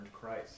Christ